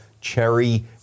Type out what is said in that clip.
cherry